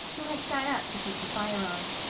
who had sat up to keep the fire on.